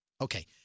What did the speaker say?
Okay